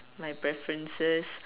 my preferences